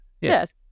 Yes